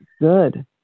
Good